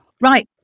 Right